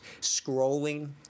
scrolling